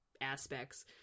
aspects